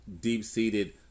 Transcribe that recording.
deep-seated